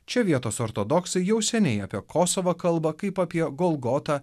čia vietos ortodoksai jau seniai apie kosovą kalba kaip apie golgotą